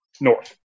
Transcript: North